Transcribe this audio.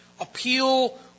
appeal